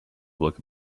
public